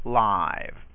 live